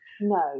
No